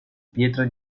pietra